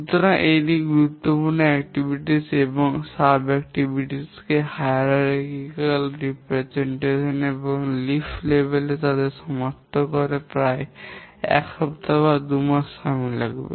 সুতরাং এটি গুরুত্বপূর্ণ কার্যক্রম এবং উপ কার্যক্রম কে শ্রেণিবিন্যাসগত চিত্রিত এবং পাতার স্তর এ তাদের সমাপ্ত হতে প্রায় এক সপ্তাহ বা 2 সময় লাগবে